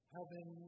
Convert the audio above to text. Heaven